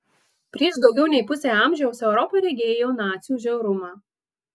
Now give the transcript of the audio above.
prieš daugiau nei pusę amžiaus europa regėjo nacių žiaurumą